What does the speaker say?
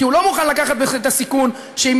כי הוא לא מוכן לקחת את הסיכון שאם